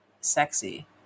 sexy